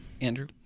Andrew